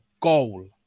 goal